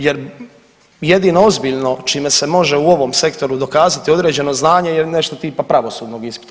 Jer jedino ozbiljno čime se može u ovom sektoru dokazati određeno znanje ili nešto tipa pravosudnog ispita.